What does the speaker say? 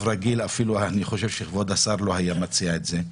רגיל אפילו אני חושב שכבוד השר לא היה מציע את זה,